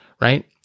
right